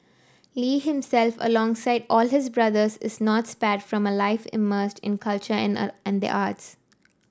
Lee himself alongside all his brothers is not spared from a life immersed in culture and the arts